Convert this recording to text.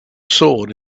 sword